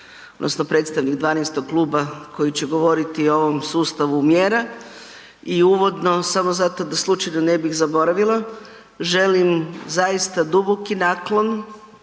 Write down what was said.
odnosno predstavnik 12. kluba koji će govoriti o ovom sustavu mjera. I uvodno samo zato da slučajno ne bih zaboravila, želim zaista duboki naklon